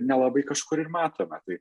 nelabai kažkur ir matome tai